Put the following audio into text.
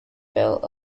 built